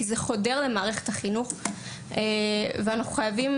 כי זה חודר למערכת החינוך ואנחנו חייבים